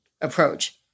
approach